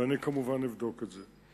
אני, כמובן, אבדוק את זה.